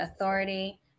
Authority